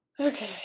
Okay